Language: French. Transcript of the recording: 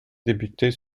députés